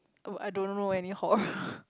oh I don't know any horror